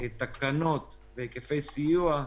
תקנות והיקפי סיוע,